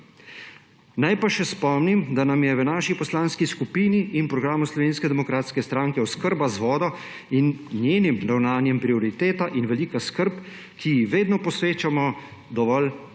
Naj pa še spomnim, da nam je v naši poslanski skupini in programu Slovenske demokratske stranke oskrba z vodo in njenim ravnanjem prioriteta in velika skrb, ki ji vedno posvečamo največjo